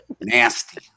Nasty